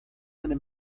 eine